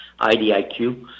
IDIQ